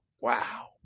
wow